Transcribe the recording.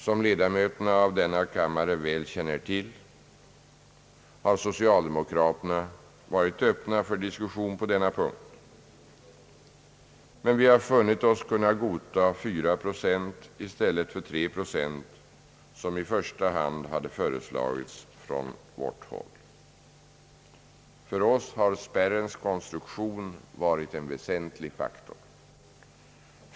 Som ledamöterna av denna kammare väl känner till har socialdemokraterna varit öppna för diskussion på denna punkt, men vi har funnit oss kunna godta 4 procent i stället för 3 procent som i första hand hade föreslagits från vårt håll. För oss har spärrens konstruktion varit en väsentlig faktor.